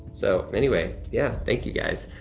so, anyway, yeah, thank you guys.